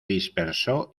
dispersó